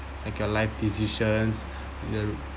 like your life decisions